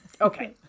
okay